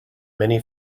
many